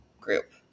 group